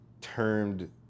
termed